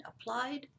applied